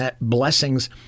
blessings